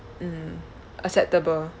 mm acceptable